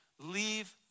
Leave